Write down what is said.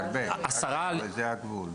זה הרבה, זה הגבול.